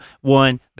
one